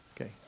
Okay